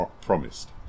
promised